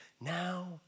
Now